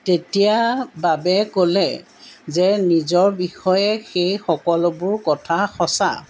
তেতিয়া বাবে ক'লে যে নিজৰ বিষয়ে সেই সকলোবোৰ কথা সঁচা